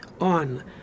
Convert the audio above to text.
on